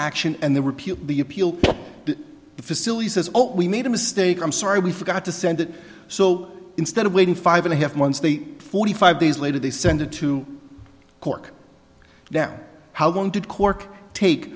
action and then repealed the appeal the facility says we made a mistake i'm sorry we forgot to send it so instead of waiting five and a half months they forty five days later they sent it to cork now how long did cork take